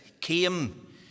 came